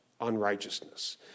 unrighteousness